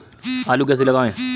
आलू कैसे लगाएँ?